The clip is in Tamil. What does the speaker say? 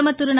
பிரதமர் திரு